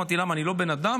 אמרתי: למה, אני לא בן אדם?